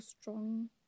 strong